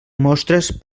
mostres